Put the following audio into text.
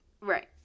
right